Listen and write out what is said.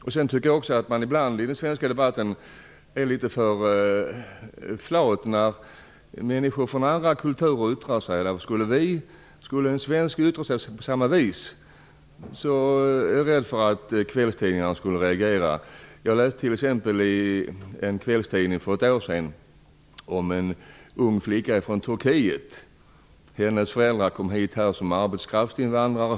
Jag tycker också att man ibland i den svenska debatten är litet för flat när människor från andra kulturer yttrar sig. Om en svensk skulle yttra sig på samma vis som dessa är jag rädd för att kvällstidningarna skulle reagera. Jag läste t.ex. i en kvällstidning för ett år sedan om en ung flicka från Turkiet. Hennes föräldrar kom hit som arbetskraftsinvandrare.